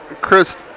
Chris